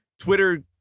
Twitter